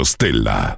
Stella